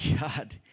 God